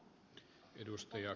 arvoisa puhemies